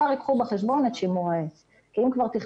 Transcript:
כבר ייקחו בחשבון את שימור העץ,